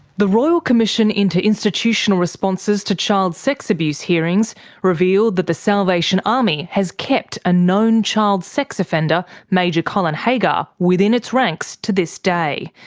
the royal commission into institutional responses to child sex abuse hearings revealed that the salvation army has kept a known child sex offender, major colin haggar, within its ranks to this day.